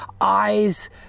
eyes